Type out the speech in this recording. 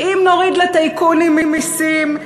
שאם נוריד לטייקונים מסים,